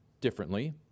differently